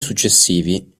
successivi